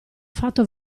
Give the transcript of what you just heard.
fatto